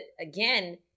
again